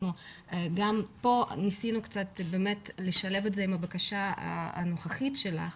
גם פה ניסינו קצת לשלב את זה עם הבקשה הנוכחית שלך.